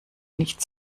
nicht